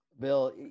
Bill